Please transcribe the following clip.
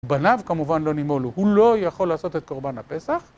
בניו כמובן לא נימולו, הוא לא יכול לעשות את קורבן הפסח